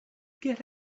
get